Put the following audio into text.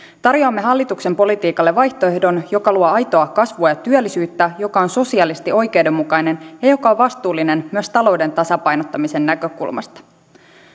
tarjoamme hallituksen politiikalle vaihtoehdon joka luo aitoa kasvua ja työllisyyttä joka on sosiaalisesti oikeudenmukainen ja joka on vastuullinen myös talouden tasapainottamisen näkökulmasta